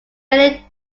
mainly